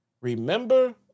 Remember